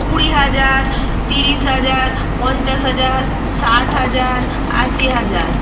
কুড়ি হাজার তিরিশ হাজার পঞ্চাশ হাজার ষাট হাজার আশি হাজার